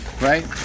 right